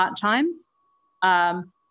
part-time